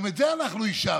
גם את זה אנחנו אישרנו,